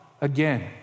again